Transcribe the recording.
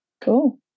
cool